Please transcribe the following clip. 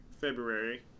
February